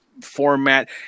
format